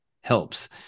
helps